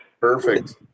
Perfect